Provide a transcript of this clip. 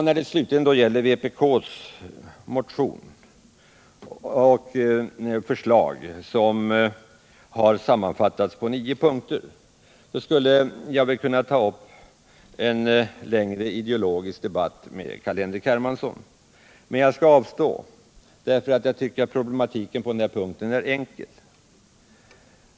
När det slutligen gäller vpk:s motion och förslag, som har sammanfattats i nio punkter, skulle jag kunna ta upp en längre ideologisk debatt med Carl-Henrik Hermansson. Men jag skall avstå, eftersom jag tycker 45 att problematiken på den här punkten är enkel.